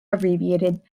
abbreviated